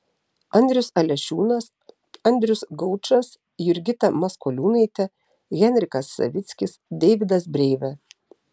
andrius alešiūnas andrius gaučas jurgita maskoliūnaitė henrikas savickis deividas breivė